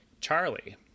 Charlie